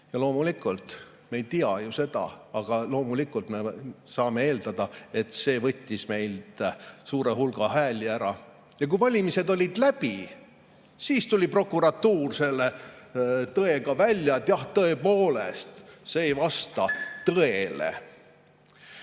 Loomulikult me ei tea seda, aga me saame eeldada, et see võttis meilt suure hulga hääli ära. Ja kui valimised olid läbi, siis tuli prokuratuur selle tõega välja, et jah, tõepoolest see ei vasta tõele.